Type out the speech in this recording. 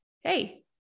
Hey